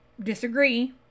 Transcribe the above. disagree